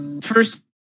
first